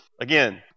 again